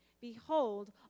behold